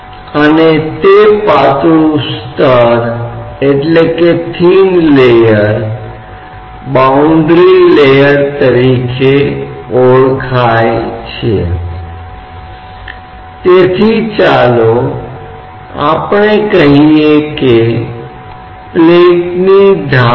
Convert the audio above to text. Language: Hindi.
हम अब x पर फ़ंक्शन के मान के संदर्भ में पर फ़ंक्शन का महत्व क्या है यह पता लगाने में रुचि रखते हैं यहां फ़ंक्शन p है जिसका अर्थ है कि x पर p क्या है इसके संदर्भ में हम यह देखना चाहते हैं कि पर p क्या है